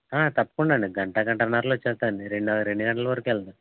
తప్పకుండా అండి గంట గంటన్నరలో వచ్చేస్తాయండి రెండు రెండు గంటల వరకు వెళ్ళరు